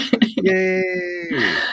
Yay